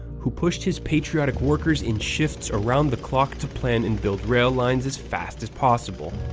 who pushed his patriotic workers in shifts around the clock to plan and build rail lines as fast as possible.